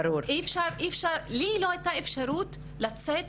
לי לא הייתה אפשרות לצאת.